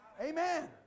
Amen